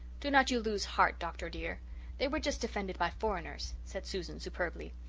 do not you lose heart, dr. dear they were just defended by foreigners, said susan superbly.